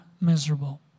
miserable